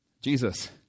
Jesus